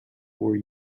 were